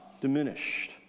diminished